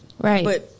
Right